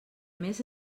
més